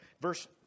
Verse